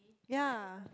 ya